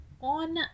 on